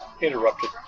interrupted